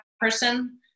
person